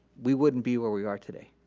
we wouldn't be where we are today.